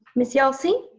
ms. yelsey?